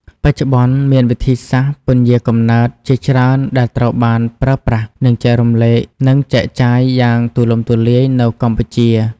បច្ចុប្បន្ន មានវិធីសាស្ត្រពន្យារកំណើតជាច្រើនដែលត្រូវបានប្រើប្រាស់ និងចែកចាយយ៉ាងទូលំទូលាយនៅកម្ពុជា។